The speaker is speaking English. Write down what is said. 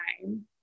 time